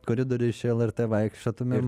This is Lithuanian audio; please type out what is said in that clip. koridoriuos čia lrt vaikščiotumėm